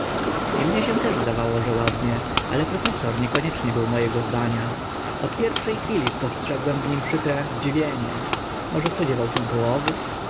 i mnie się też zdawało że ładnie ale professor niekoniecznie był mo ego zdania od pierwsze chwili spostrzegłem w nim przykre zdziwienie może spodziewał się połowy